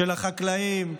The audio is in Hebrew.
של החקלאים,